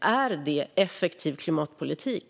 Är det effektiv klimatpolitik?